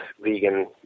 vegan